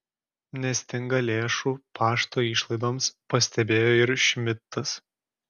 nestinga lėšų pašto išlaidoms pastebėjo ir šmidtas